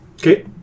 Okay